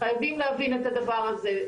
חייבים להבין את הדבר הזה,